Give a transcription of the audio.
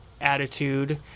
attitude